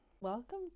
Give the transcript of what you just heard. Welcome